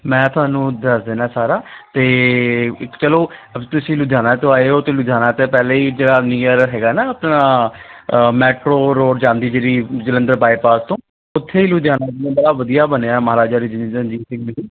ਮੈਂ ਤੁਹਾਨੂੰ ਦੱਸ ਦਿੰਦਾ ਸਾਰਾ ਅਤੇ ਇੱਕ ਚੱਲੋ ਤੁਸੀਂ ਲੁਧਿਆਣਾ ਤੋਂ ਆਏ ਹੋ ਅਤੇ ਲੁਧਿਆਣਾ ਤਾਂ ਪਹਿਲੇ ਹੀ ਜਿਹੜਾ ਨੀਅਰ ਹੈਗਾ ਨਾ ਆਪਣਾ ਮੈਟਰੋ ਰੋਡ ਜਾਂਦੀ ਜਿਹੜੀ ਜਲੰਧਰ ਬਾਏਪਾਸ ਤੋਂ ਉੱਥੇ ਲੁਧਿਆਣਾ ਦਾ ਬੜਾ ਵਧੀਆ ਬਣਿਆ ਮਹਾਰਾਜਾ ਸਿੰਘ ਜੀ